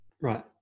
Right